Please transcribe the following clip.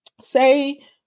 say